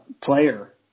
player